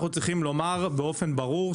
אנחנו צריכים לומר באופן ברור,